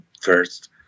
first